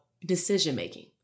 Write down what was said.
decision-making